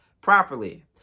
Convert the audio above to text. properly